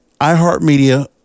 iHeartMedia